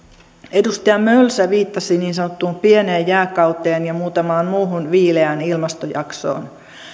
edustaja mölsä viittasi niin sanottuun pieneen jääkauteen ja muutamaan muuhun viileään ilmastojaksoon